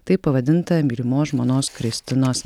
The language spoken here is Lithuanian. taip pavadintą mylimos žmonos kristinos